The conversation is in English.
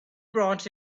brought